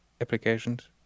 applications